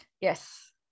yes